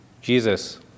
Jesus